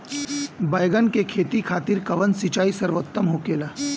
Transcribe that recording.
बैगन के खेती खातिर कवन सिचाई सर्वोतम होखेला?